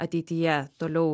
ateityje toliau